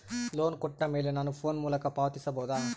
Loan ಕೊಟ್ಟ ಮೇಲೆ ನಾನು ಫೋನ್ ಮೂಲಕ ಪಾವತಿಸಬಹುದಾ?